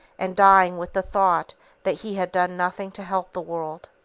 and dying with the thought that he had done nothing to help the world.